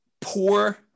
poor